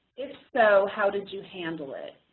if so, how did you handle it?